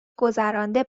گذرانده